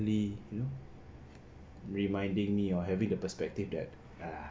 reminding me or having the perspective that ah